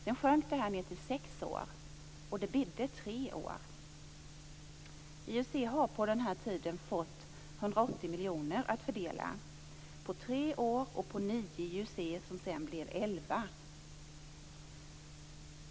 Sedan minskade tiden till sex år men det bidde tre år. IUC har under den här tiden fått 180 miljoner kronor att fördela över tre år och på nio IUC, som sedan blivit elva.